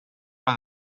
oedd